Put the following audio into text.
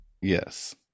Yes